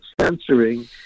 censoring